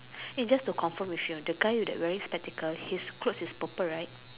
eh just to confirm with you ah the guy that wearing spectacle his clothes is purple right